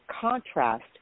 contrast